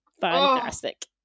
Fantastic